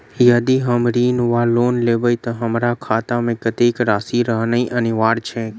यदि हम ऋण वा लोन लेबै तऽ हमरा खाता मे कत्तेक राशि रहनैय अनिवार्य छैक?